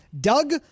Doug